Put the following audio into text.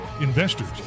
investors